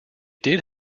did